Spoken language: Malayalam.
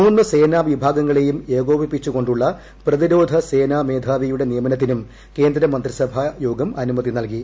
മൂന്ന് സേനാ വിഭാഗങ്ങളെയും ഏകോപിപ്പിച്ച് കൊണ്ടുള്ള പ്രതിരോധ സേനാ മേധാവിയുടെ നിയമനത്തിനും കേന്ദ്രമന്ത്രിസഭായോഗം അനുമതി നൽകി